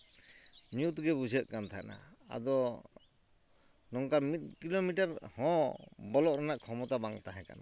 ᱧᱩᱛ ᱜᱮ ᱵᱩᱡᱷᱟᱹᱜ ᱠᱟᱱ ᱛᱟᱦᱮᱸᱫᱼᱟ ᱟᱫᱚ ᱱᱚᱝᱠᱟ ᱢᱤᱫ ᱠᱤᱞᱳᱢᱤᱴᱟᱨ ᱦᱚᱸ ᱵᱚᱞᱚᱜ ᱨᱮᱱᱟᱜ ᱠᱷᱚᱢᱚᱛᱟ ᱵᱟᱝ ᱛᱟᱦᱮᱠᱟᱱᱟ